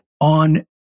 on